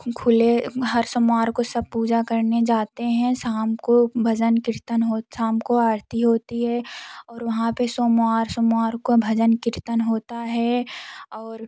खुलें हर सोमवार को सब पूजा करने जाते हैं शाम को भजन कीर्तन हो शाम को आरती होती है और वहाँ पर सोमवार सोमवार को भजन कीर्तन होता हैं और